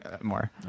more